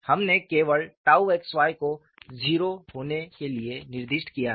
हमने केवल xyको 0 होने के लिए निर्दिष्ट किया है